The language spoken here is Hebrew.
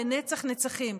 לנצח-נצחים.